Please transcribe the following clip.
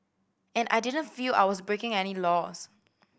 and I didn't feel I was breaking any laws